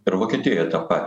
ir vokietijoje tą pa